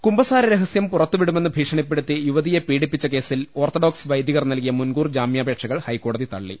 കുമ്പസാര രഹസ്യം പുറത്തുവിടുമെന്ന് ഭീഷണിപ്പെടുത്തി യുവതിയെ പീഡിപ്പിച്ച കേസിൽ ഓർത്തഡോക്സ് വൈദികർ നൽകിയ മുൻകൂർ ജാമ്യാപേക്ഷകൾ ഹൈക്കോടതി തള്ളി